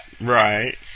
Right